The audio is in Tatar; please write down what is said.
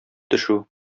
төшү